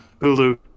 Hulu